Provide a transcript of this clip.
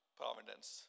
providence